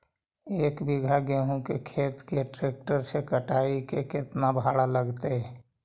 एक बिघा गेहूं के खेत के ट्रैक्टर से कटाई के केतना भाड़ा लगतै?